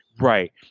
Right